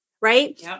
right